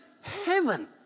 heaven